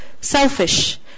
selfish